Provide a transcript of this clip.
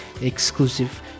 exclusive